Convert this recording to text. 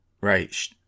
Right